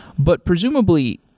but presumably,